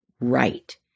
right